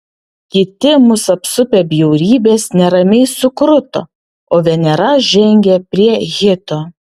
kiti mus apsupę bjaurybės neramiai sukruto o venera žengė prie hito